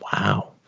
wow